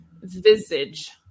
visage